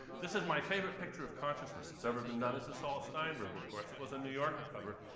this is my favorite picture of consciousness that's ever been done. it's a saul steinberg of course it was a new yorker cover.